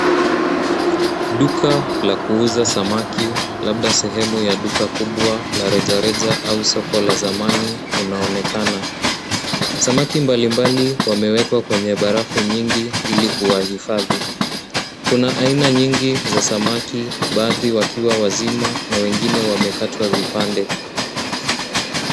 Duka la kuuza samaki labda sehemu ya duka kubwa la rejareja au soko la zamani, unaonekana. Samaki mbalimbali wamewekwa kwenye barufu nyingi ili kuwahifadhi. Kuna aina nyingi za samaki, baadhi wakiwa wazima na wengine wamekatwa vipande.